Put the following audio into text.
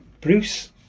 Bruce